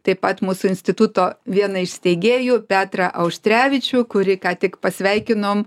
taip pat mūsų instituto vieną iš steigėjų petrą auštrevičių kurį ką tik pasveikinom